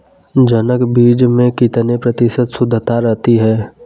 जनक बीज में कितने प्रतिशत शुद्धता रहती है?